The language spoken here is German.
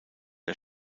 der